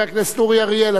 ועמיר פרץ?